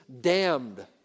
damned